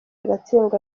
agatsindwa